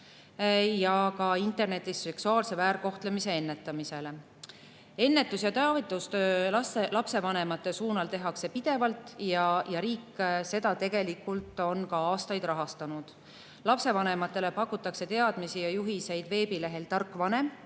ja internetis seksuaalse väärkohtlemise ennetamisele. Ennetus- ja teavitustööd lapsevanemate jaoks tehakse pidevalt ja riik on seda tegelikult aastaid rahastanud. Lapsevanematele pakutakse teadmisi ja juhiseid veebilehtedel "Tark vanem",